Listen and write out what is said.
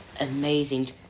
amazing